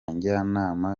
njyanama